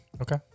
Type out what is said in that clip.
Okay